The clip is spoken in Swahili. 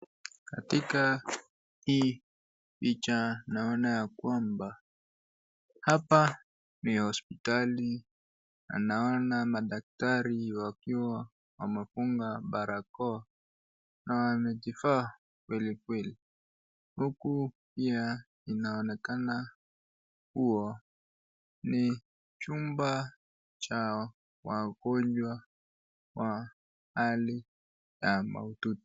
Katika hii picha naona ya kwamba hapa ni hospitali, na naona madaktari wakiwa wamefunga parakoa na wamejivaa kweli kweli, huku pia inaonekana kuwa ni chumba cha wagonjwa wa hali ya maututi.